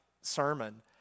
sermon